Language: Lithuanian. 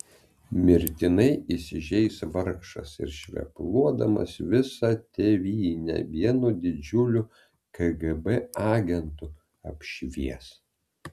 mirtinai įsižeis vargšas ir švepluodamas visą tėvynę vienu didžiuliu kgb agentu apšvies